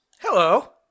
Hello